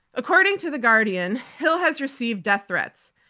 according to the guardian, hill has received death threats.